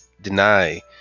deny